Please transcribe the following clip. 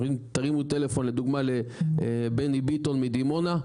תרימו טלפון לדוגמה לבני ביטון מדימונה,